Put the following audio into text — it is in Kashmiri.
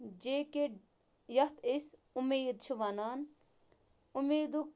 جے کے یَتھ أسۍ اُمیٖد چھِ وَنان اُمیٖدُک